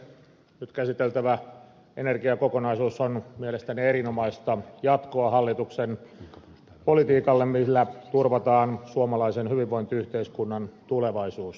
nyt käsiteltävä energiakokonaisuus on mielestäni erinomaista jatkoa hallituksen politiikalle millä turvataan suomalaisen hyvinvointiyhteiskunnan tulevaisuus